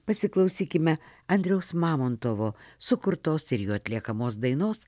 pasiklausykime andriaus mamontovo sukurtos ir jo atliekamos dainos